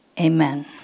Amen